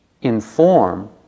inform